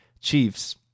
Chiefs